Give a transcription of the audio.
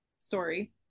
Story